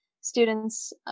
students